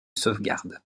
sauvegarde